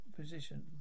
position